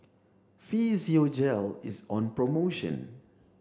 Physiogel is on promotion